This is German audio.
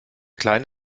kleine